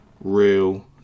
real